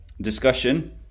discussion